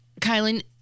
Kylan